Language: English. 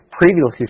Previously